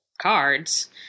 cards